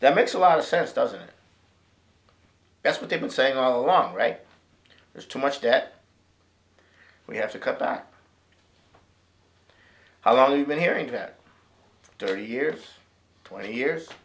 that makes a lot of sense doesn't that's what they've been saying all along right there's too much debt we have to cut back how long we've been hearing that thirty years twenty years